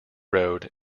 road